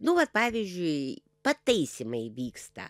nu vat pavyzdžiui pataisymai įvyksta